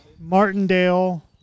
Martindale